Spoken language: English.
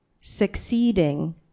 succeeding